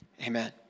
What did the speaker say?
amen